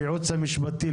לייעוץ המשפטי,